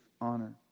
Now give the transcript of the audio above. honor